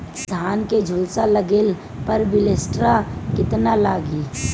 धान के झुलसा लगले पर विलेस्टरा कितना लागी?